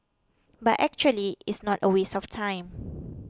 but actually it's not a waste of time